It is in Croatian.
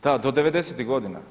Da, do devedesetih godina.